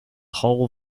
whole